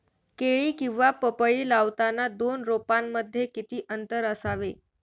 केळी किंवा पपई लावताना दोन रोपांमध्ये किती अंतर असावे?